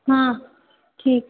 हाँ ठीक